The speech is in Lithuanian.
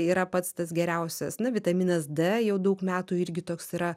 yra pats tas geriausias na vitaminas d jau daug metų irgi toks yra